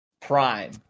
Prime